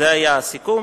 זה היה הסיכום,